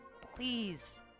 please